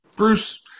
Bruce